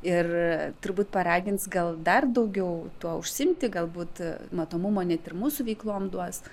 ir turbūt paragins gal dar daugiau tuo užsiimti galbūt matomumo net ir mūsų veiklom duos